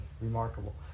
Remarkable